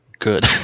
Good